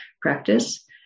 practice